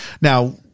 now